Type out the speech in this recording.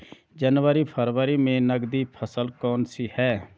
जनवरी फरवरी में नकदी फसल कौनसी है?